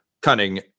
cunning